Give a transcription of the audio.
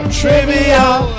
trivial